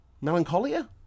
Melancholia